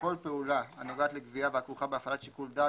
כל פעולה הנוגעת לגבייה והכרוכה בהפעלת שיקול דעת